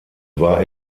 war